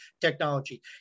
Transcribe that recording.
technology